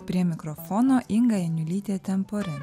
prie mikrofono inga janiulytė temporaliai